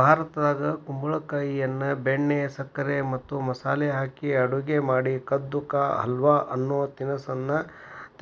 ಭಾರತದಾಗ ಕುಂಬಳಕಾಯಿಯನ್ನ ಬೆಣ್ಣೆ, ಸಕ್ಕರೆ ಮತ್ತ ಮಸಾಲೆ ಹಾಕಿ ಅಡುಗೆ ಮಾಡಿ ಕದ್ದು ಕಾ ಹಲ್ವ ಅನ್ನೋ ತಿನಸ್ಸನ್ನ